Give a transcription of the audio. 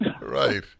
Right